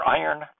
iron